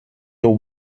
till